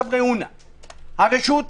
מערכת